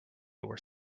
were